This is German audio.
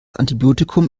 antibiotikum